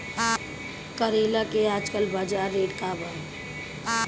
करेला के आजकल बजार रेट का बा?